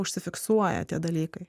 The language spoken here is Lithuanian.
užsifiksuoja tie dalykai